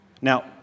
Now